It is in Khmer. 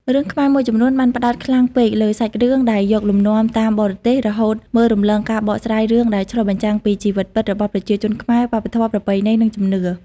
រឿងខ្មែរមួយចំនួនបានផ្តោតខ្លាំងពេកលើសាច់រឿងដែលយកលំនាំតាមបរទេស រហូតមើលរំលងការបកស្រាយរឿងដែលឆ្លុះបញ្ចាំងពី ជីវិតពិតរបស់ប្រជាជនខ្មែរ វប្បធម៌ ប្រពៃណី និងជំនឿ។